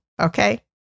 Okay